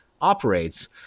operates